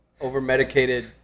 over-medicated